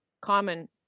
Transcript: common